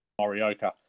Morioka